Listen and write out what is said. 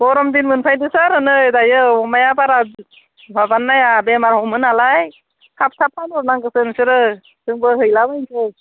गरम दिन मोनफैदोंसो आरो नै दायो अमाया बारा माबाना बेमार हमो नालाय थाब थाब फानहरनांगौसो नोंसोरो जोंबो हैलाबायनोसै